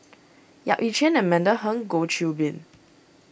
Yap Ee Chian Amanda Heng Goh Qiu Bin